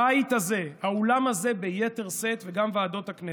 הבית הזה, האולם הזה ביתר שאת, וגם ועדות הכנסת,